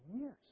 years